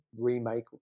remake